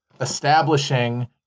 establishing